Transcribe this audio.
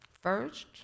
First